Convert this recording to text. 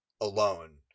alone